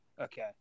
Okay